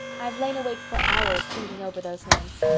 i've lain awake for hours thinking over those names.